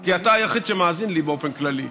כי אתה היחיד שמאזין לי, באופן כללי.